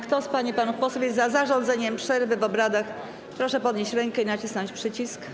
Kto z pań i panów posłów jest za zarządzeniem przerwy w obradach, proszę podnieść rękę i nacisnąć przycisk.